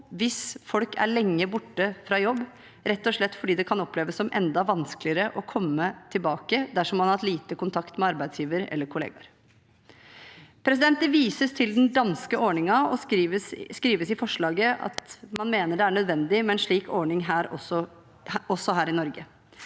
hvis folk er lenge borte fra jobb, rett og slett fordi det kan oppleves som enda vanskeligere å komme tilbake dersom man har hatt lite kontakt med arbeidsgiver eller kollegaer. Det vises til den danske ordningen og skrives i forslaget at man mener det er nødvendig med en slik ordning også her i Norge.